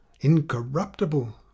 Incorruptible